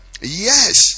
yes